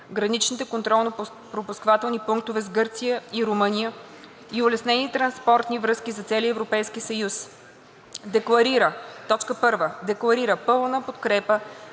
граничните контролно-пропускателни пунктове с Гърция и Румъния и улеснени транспортни връзки за целия Европейски съюз: 1. Декларира пълна подкрепа